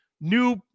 new